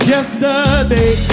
Yesterday